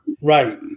Right